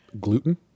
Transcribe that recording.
gluten